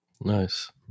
Nice